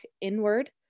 inward